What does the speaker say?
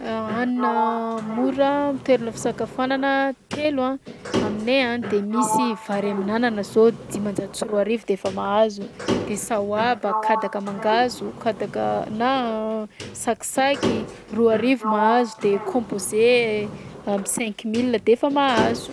Hanina mora am'toerana fisakafoanana telo a aminay a de misy vary amin'anana zao dimanjato sy roa arivo de efa mahazo, de sahoaba, kadaka mangahazo, kadaka na sakisaky roa arivo mahazo de composé am'cinq mille de efa mahazo.